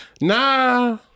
Nah